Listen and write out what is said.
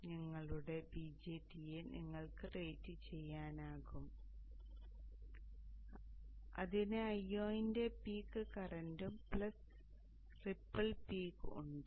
അതിനാൽ നിങ്ങളുടെ BJT യെ നിങ്ങൾക്ക് റേറ്റുചെയ്യാനാകും അതിന് Io ന്റെ പീക്ക് കറന്റും പ്ലസ് റിപ്പിൾ പീക്ക് ഉണ്ട്